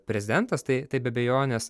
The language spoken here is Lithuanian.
prezidentas tai tai be abejonės